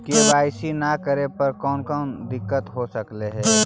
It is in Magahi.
के.वाई.सी न करे पर कौन कौन दिक्कत हो सकले हे?